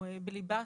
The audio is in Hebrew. הוא בליבת,